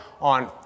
on